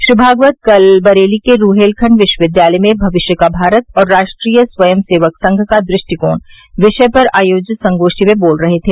श्री भागवत कल बरेली के रूहेलखण्ड विश्वविद्यालय में भविष्य का भारत और राष्ट्रीय स्वयंसेवक संघ का दृष्टिकोण विषय पर आयोजित संगोष्ठी में बोल रहे थे